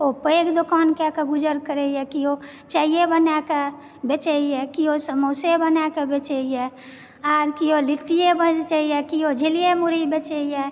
ओ पैघ दोकान कएकऽ गुजर करयए केओ चायए बनाके बेचयए केओ समोसे बनाके बेचयए आओर केओ लिट्टीए बेचयए केओ झिल्लीए मुरही बेचए